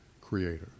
creator